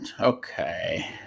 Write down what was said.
Okay